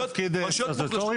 זה לא תפקיד סטטוטורים?